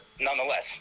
nonetheless